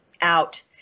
out